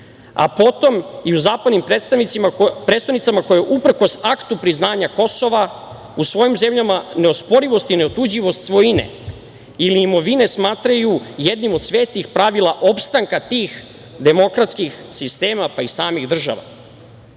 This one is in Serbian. a potom i u zapadnim prestonicama koje uprkos aktu priznanja Kosova u svojim zemljama neosporivost i neotuđivost svojine ili imovine smatraju jednim od svetih pravila opstanka tih demokratskih sistema, pa i samih država. Zadatak